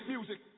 Music